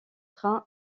trains